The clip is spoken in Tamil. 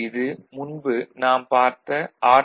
இது முன்பு நாம் பார்த்த ஆர்